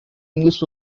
english